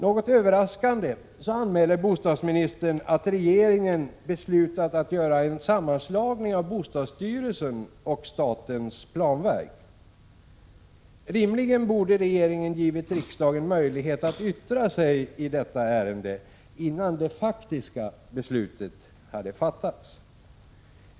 Något överraskande anmäler bostadsministern att regeringen beslutat att göra en sammanslagning av bostadsstyrelsen och statens planverk. Rimligen borde regeringen ha givit riksdagen möjlighet att yttra sig i detta ärende innan det faktiska beslutet fattats.